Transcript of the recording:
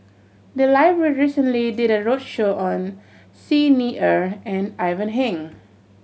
the library recently did a roadshow on Xi Ni Er and Ivan Heng